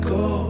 go